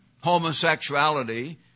homosexuality